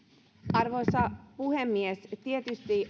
arvoisa puhemies tietysti